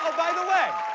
by the way!